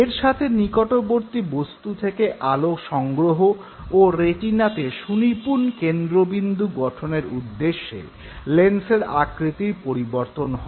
এর সাথে নিকটবর্তী বস্তু থেকে আলো সংগ্রহ ও রেটিনাতে সুনিপুণ কেন্দ্রবিন্দু গঠনের উদ্দেশ্যে লেন্সের আকৃতির পরিবর্তন হয়